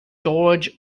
george